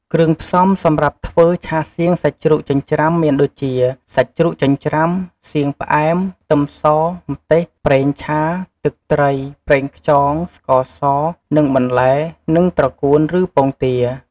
គ្រឿងផ្សំ សម្រាប់ធ្វើឆាសៀងសាច់ជ្រូកចិញ្ច្រាំមានដូចជា សាច់ជ្រូកចិញ្ច្រាំ សៀងផ្អែម ខ្ទឹមស ម្ទេស ប្រេងឆា ទឹកត្រី ប្រេងខ្យង ស្ករស និង បន្លែ និងត្រកួនឬពងទា។